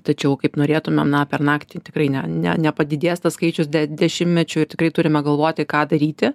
tačiau kaip norėtumėm na per naktį tikrai ne ne nepadidės tas skaičius dešimtmečiu tikrai turime galvoti ką daryti